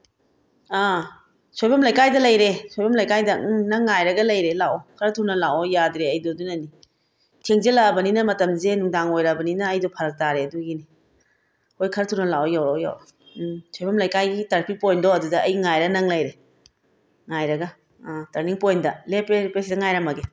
ꯑꯥ ꯁꯣꯏꯕꯝ ꯂꯩꯀꯥꯏꯗ ꯂꯩꯔꯦ ꯁꯣꯏꯕꯝ ꯂꯩꯀꯥꯏꯗ ꯎꯝ ꯅꯪ ꯉꯥꯏꯔꯒ ꯂꯩꯔꯦ ꯂꯥꯛꯑꯣ ꯈꯔ ꯊꯨꯅ ꯂꯥꯛꯑꯣ ꯌꯥꯗ꯭ꯔꯦ ꯑꯩꯗꯣ ꯑꯗꯨꯅꯅꯤ ꯊꯦꯡꯖꯤꯜꯂꯛꯑꯕꯅꯤꯅ ꯃꯇꯝꯁꯦ ꯅꯨꯡꯗꯥꯡ ꯑꯣꯏꯔꯛꯑꯕꯅꯤꯅ ꯑꯩꯗꯣ ꯐꯔꯛ ꯇꯥꯔꯦ ꯑꯗꯨꯒꯤ ꯍꯣꯏ ꯈꯔ ꯊꯨꯅ ꯂꯥꯛꯑꯣ ꯌꯧꯔꯛꯑꯣ ꯌꯧꯔꯛꯑꯣ ꯎꯝ ꯁꯣꯏꯕꯝ ꯂꯩꯀꯥꯏꯒꯤ ꯇꯥꯔꯐꯤꯛ ꯄꯣꯏꯟꯗꯣ ꯑꯗꯨꯗ ꯑꯩ ꯉꯥꯏꯔ ꯅꯪ ꯂꯩꯔꯦ ꯉꯥꯏꯔꯒ ꯑ ꯇꯔꯅꯤꯡ ꯄꯣꯏꯟꯗ ꯂꯦꯞꯄ ꯁꯤꯗ ꯉꯥꯏꯔꯝꯃꯒꯦ